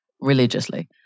religiously